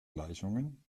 gleichungen